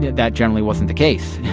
that generally wasn't the case,